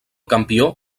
campió